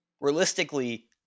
Realistically